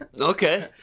Okay